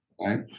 Right